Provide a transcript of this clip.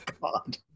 God